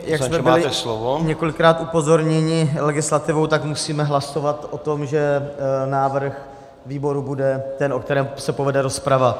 Jak jsme byli několikrát upozorněni legislativou, tak musíme hlasovat o tom, že návrh výboru bude ten, o kterém se povede rozprava.